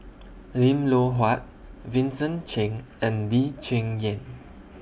Lim Loh Huat Vincent Cheng and Lee Cheng Yan